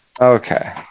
Okay